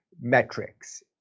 metrics